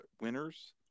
winners